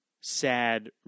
sad